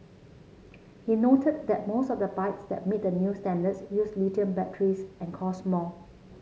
he noted that most of the bikes that meet the new standards use lithium batteries and cost more